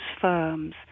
firms